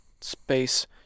space